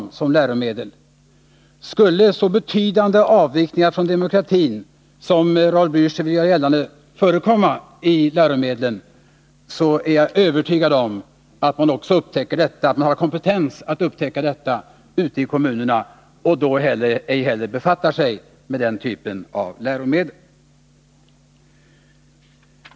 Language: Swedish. Skulle det i läromedlen förekomma så betydande avvikningar från demokratiska uppfattningar som Raul Blächer gör gällande, är jag övertygad om att man i kommunerna har kompetens att upptäcka detta och då ej befattar sig med den typen av läromedel.